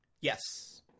Yes